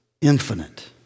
infinite